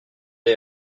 les